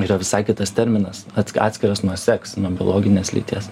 yra visai kitas terminas atsk atskiras nuo sex nuo biologinės lyties